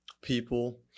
people